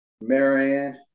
Marianne